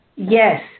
Yes